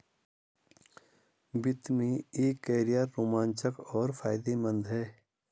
वित्त में एक कैरियर रोमांचक और फायदेमंद है